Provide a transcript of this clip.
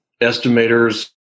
estimators